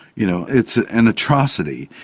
you know it's ah an atrocity.